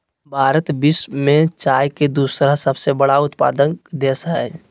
भारत विश्व में चाय के दूसरा सबसे बड़ा उत्पादक देश हइ